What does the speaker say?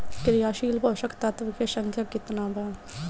क्रियाशील पोषक तत्व के संख्या कितना बा?